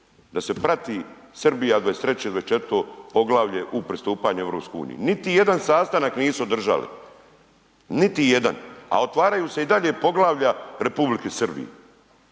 da se Srbija 23. i 24. poglavlje u pristupanju EU. Niti jedan sastanak nisu održali, niti jedan a otvaraju se i dalje poglavlja Republiki Srbiji,